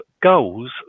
goals